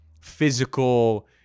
physical